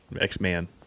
X-Man